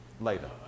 later